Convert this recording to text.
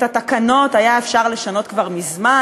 את התקנות היה אפשר לשנות כבר מזמן,